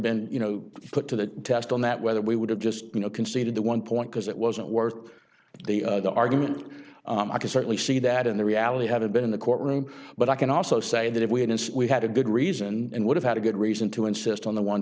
been you know put to the test on that whether we would have just you know conceded the one point because it wasn't worth the argument i can certainly see that in the reality having been in the courtroom but i can also say that if we hadn't we had a good reason and would have had a good reason to insist on the one